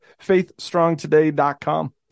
faithstrongtoday.com